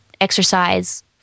exercise